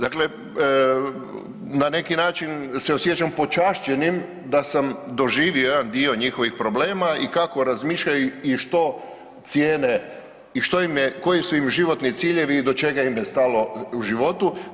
Dakle, na neki način se osjećam počašćenim da sam doživio jedan dio njihovih problema i kako razmišlja i što cijene i što im je, koji su im životni ciljevi i do čega im je stalo u životu.